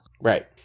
Right